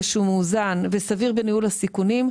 שהוא מאוזן וסביר בניהול הסיכונים,